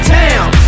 town